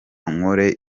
nkore